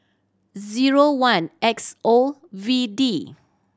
zero one X O V D